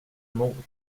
mor